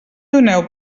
doneu